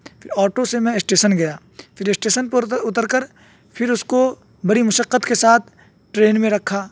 پھرآٹو سے میں اسٹیسشن گیا پھر اسٹیشن پر اتر کر پھر اس کو بڑی مشقت کے ساتھ ٹرین میں رکھا